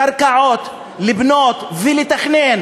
קרקעות לבנות ולתכנן.